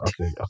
okay